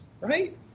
right